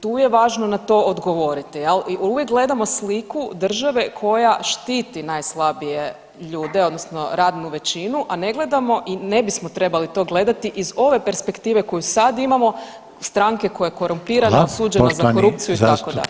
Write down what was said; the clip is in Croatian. Tu je važno na to odgovoriti, jel, i uvijek gledamo sliku države koja štiti najslabije ljude, odnosno radnu večinu, a ne gledamo i ne bismo trebali to gledati iz ove perspektive koju sad imamo stranke koja je korumpirana, osuđena za korupciju i tako dalje.